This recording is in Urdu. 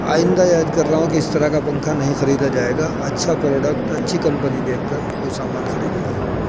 آئندہ یاد کر رہا ہوں کی اس طرح کا پنکھا نہیں خریدا جائے گا اچھا پروڈیکٹ اچھی کمپنی دیکھ کر کوئی سامان خریدا جائے گا